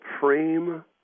frame